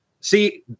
see